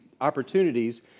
opportunities